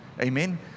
amen